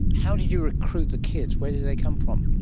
how did you recruit the kids? where did they come from?